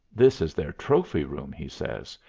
this is their trophy-room, he says,